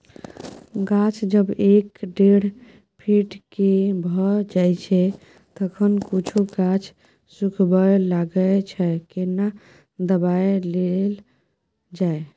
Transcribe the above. गाछ जब एक डेढ फीट के भ जायछै तखन कुछो गाछ सुखबय लागय छै केना दबाय देल जाय?